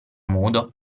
modo